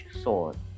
sword